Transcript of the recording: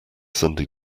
sunday